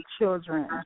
children